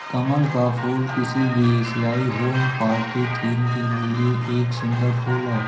कमल का फूल किसी भी एशियाई होम पार्टी थीम के लिए एक सुंदर फुल है